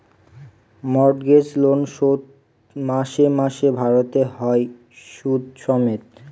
mortgage loan শোধ মাসে মাসে ভারতে হয় সুদ সমেত